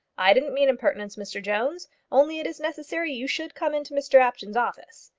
i didn't mean impertinence, mr jones only it is necessary you should come into mr apjohn's office.